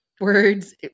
words